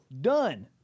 done